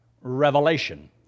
revelation